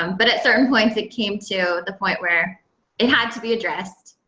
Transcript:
um but at certain points, it came to the point where it had to be addressed.